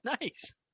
Nice